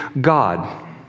God